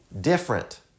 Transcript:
different